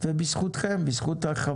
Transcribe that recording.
זה בזכות היושב